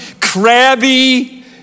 crabby